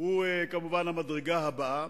הוא כמובן המדרגה הבאה,